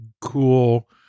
cool